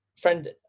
friend